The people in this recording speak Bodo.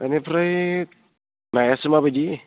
बेनिफ्राय नायासो माबायदि